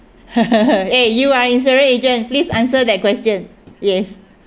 eh you ah insurance agent please answer that question yes